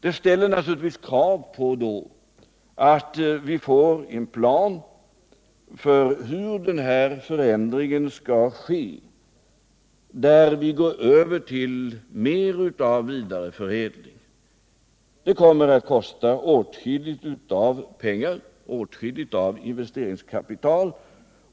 Detta ställer naturligtvis krav på att vi får en plan för hur den här förändringen skall ske, när vi går över till mer av vidareförädling. Det kommer att kosta åtskilligt av pengar och åtskilligt av investeringskapital.